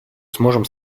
сможем